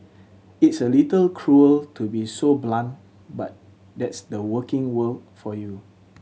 it's a little cruel to be so blunt but that's the working world for you